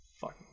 Fuck